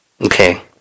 Okay